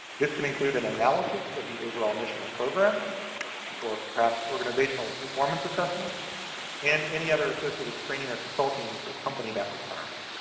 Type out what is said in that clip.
this can include an analysis of the overall mission or program or perhaps organizational performance assessment and any other associated training or consulting to accompany that requirement.